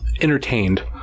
entertained